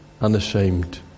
unashamed